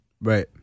Right